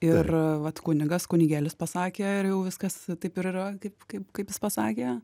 ir vat kunigas kunigėlis pasakė ir jau viskas taip ir yra kaip kaip jis pasakė